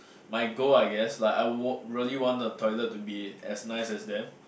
my goal I guess like I want really want the toilet to be as nice as them